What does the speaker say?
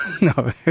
no